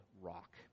Rock